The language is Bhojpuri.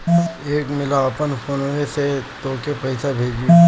एक मिला आपन फोन्वे से तोके पइसा भेजी